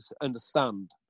understand